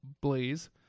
Blaze